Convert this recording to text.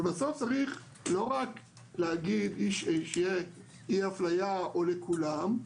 אבל בסוף צריך לא רק להגיד שתהיה אי אפליה או לכולם,